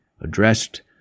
addressed